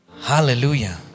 Hallelujah